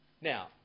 Now